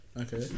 Okay